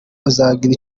bazagira